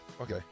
okay